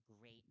great